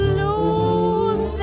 lose